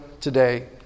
today